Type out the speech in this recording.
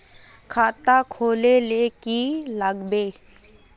खाता खोल ले की लागबे?